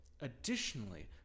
additionally